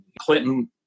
Clinton